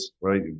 right